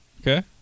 Okay